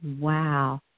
Wow